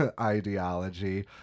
ideology